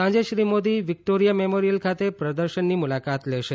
સાંજે Shri Modi Victoria Memorial ખાતે પ્રદર્શનની મુલાકાત લેશે